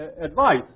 advice